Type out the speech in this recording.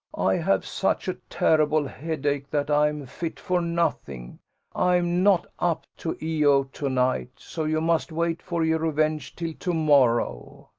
i have such a terrible headache, that i am fit for nothing i am not up to e o to-night, so you must wait for your revenge till to-morrow.